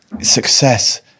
Success